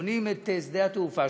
בונים שדה תעופה,